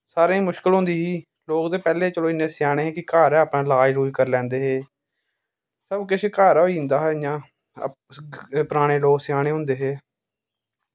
सारेंई मुशकल होंदी ही लोग ते पैह्लें चलो इन्ने स्याने हे कि घर गै अपनै इलाज़ लूज करी लैंदे हे सब किश घर गै होई जंदा हा इयां पराने लोग स्याने होंदे हे